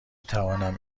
توانم